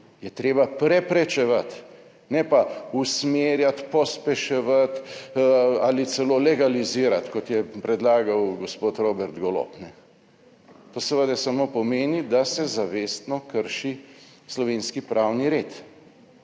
je treba preprečevati, ne pa usmerjati, pospeševati ali celo legalizirati, kot je predlagal gospod Robert Golob. To seveda samo pomeni, da se zavestno krši slovenski pravni red.